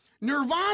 nirvana